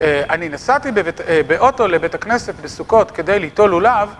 אני נסעתי באוטו לבית הכנסת בסוכות כדי ליטול לולב.